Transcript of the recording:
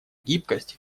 гибкость